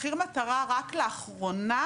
מחיר מטרה רק לאחרונה